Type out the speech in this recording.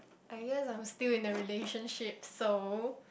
I guess I'm still in a relationship so